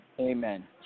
Amen